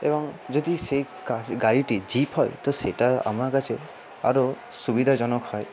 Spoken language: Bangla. এবং যদি সেই গাড়িটি জিপ হয় তো সেটা আমার কাছে আরোও সুবিধাজনক হয়